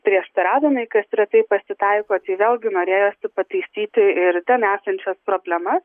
prieštaravimai kas retai pasitaiko tai vėlgi norėjosi pataisyti ir ten esančias problema